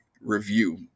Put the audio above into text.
review